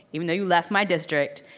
even though you left my district,